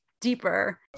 deeper